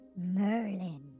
merlin